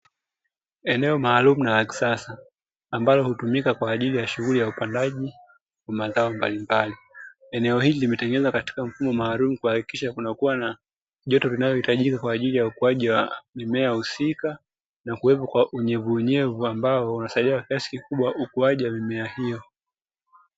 Eneo maalumu na la kisasa ambalo hutumika kwa ajili ya shughuli ya upandaji wa mazao mbalimbali, eneo hili limetengenezwa katika mfumo maalum mbalimbali kuhakikisha kunakuwa na joto linalohitajika kwa ajili ya ukuaji wa mimea husika na kuwepo kwa unyevu unyevu ambao unasaidia kwa kiasi kikubwa ukuaji wa mimea hiyo.